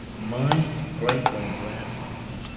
my great-great grandfather